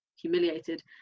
humiliated